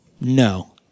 No